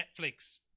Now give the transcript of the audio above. Netflix